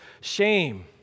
shame